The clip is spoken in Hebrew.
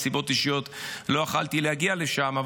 מסיבות אישיות לא יכולתי להגיע לשם,